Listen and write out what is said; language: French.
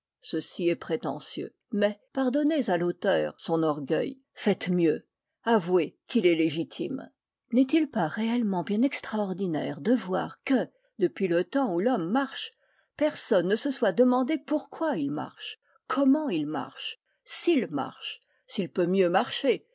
ceci est prétentieux mais pardonnez à l'au teur son orgueil faites mieux avouez qu'il est légitime n'est-il pas réellement bien extraordinaire de voir que depuis le temps où l'homme marche personne ne se soit demandé pourquoi il marche comment il marche s'il marche s'il peut mieux marcher